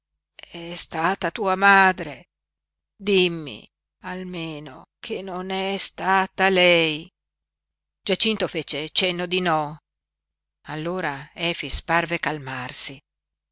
è stata tua madre dimmi almeno che non è stata lei giacinto fece cenno di no allora efix parve calmarsi